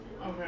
Okay